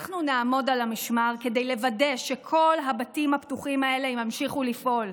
אנחנו נעמוד על המשמר כדי לוודא שכל הבתים הפתוחים האלה ימשיכו לפעול,